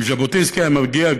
אם ז'בוטינסקי היה מגיע,